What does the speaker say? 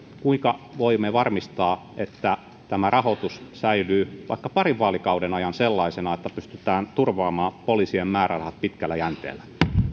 kuinka voimme varmistaa että tämä rahoitus säilyy vaikka parin vaalikauden ajan sellaisena että pystytään turvaamaan poliisien määrärahat pitkällä jänteellä